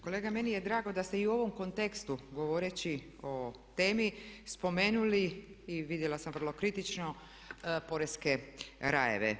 Kolega meni je drago da ste i u ovom kontekstu govoreći o temi spomenuli i vidjela sam vrlo kritično poreske rajeve.